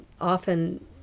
often